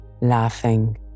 laughing